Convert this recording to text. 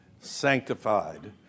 sanctified